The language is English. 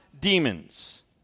demons